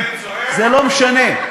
זה לא משנה.